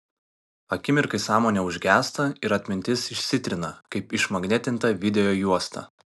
akimirkai sąmonė užgęsta ir atmintis išsitrina kaip išmagnetinta videojuosta